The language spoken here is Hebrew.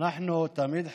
אנחנו תמיד חשבנו,